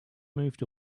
moved